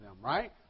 right